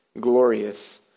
glorious